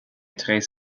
très